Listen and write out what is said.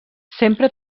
sempre